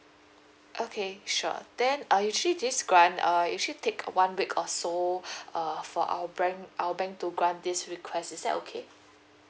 okay sure then uh usually this grant uh it usually take one week or so uh for our bank our bank to grant this request is that okay